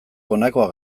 honakoa